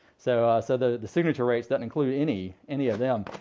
so ah so the the signature rates doesn't include any any of them.